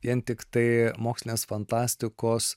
vien tiktai mokslinės fantastikos